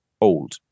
old